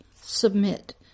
submit